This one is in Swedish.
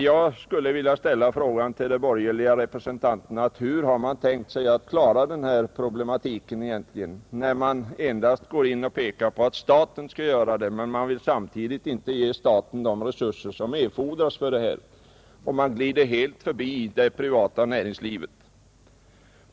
Jag skulle vilja fråga de borgerliga representanterna hur man har tänkt sig att klara den här problematiken egentligen, när man endast pekar på att staten skall klara problemen men samtidigt inte vill ge staten de resurser som erfordras, Man glider helt förbi det privata näringslivet.